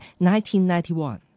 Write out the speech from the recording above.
1991